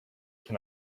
can